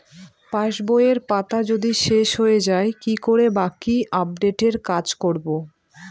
পাসবইয়ের পাতা যদি শেষ হয়ে য়ায় কি করে বাকী আপডেটের কাজ করব?